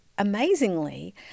amazingly